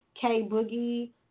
K-Boogie